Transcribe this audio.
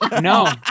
no